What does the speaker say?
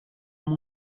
amb